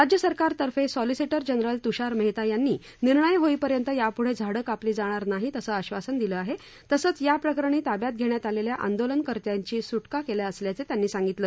राज्य सरकारतर्फे solicitor general Tushar Mehta यांनी निर्णय होईपर्यंत याप्ढे झाडं कापली जाणार नाहीत असं आश्वासन दिलं आहे तसंच याप्रकरणी ताब्यात घेण्यात आलेल्या आंदोलकर्त्यांची सूटका केली असल्याचं त्यांनी सांगितलं